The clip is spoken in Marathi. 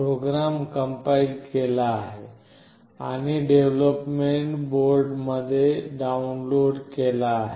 प्रोग्राम कंपाइल केला आहे आणि डेव्हलोपमेंट बोर्डमध्ये डाउनलोड केला आहे